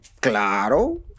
Claro